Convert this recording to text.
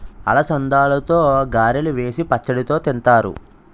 అలసందలతో గారెలు సేసి పచ్చడితో తింతారు